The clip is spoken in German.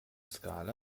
skala